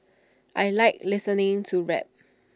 I Like listening to rap